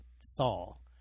Saul